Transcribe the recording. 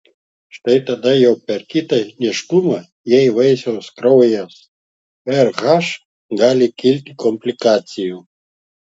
štai tada jau per kitą nėštumą jei vaisiaus kraujas rh gali kilti komplikacijų